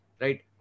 Right